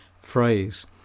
Phrase